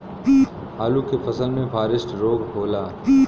आलू के फसल मे फारेस्ट रोग होला?